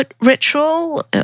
ritual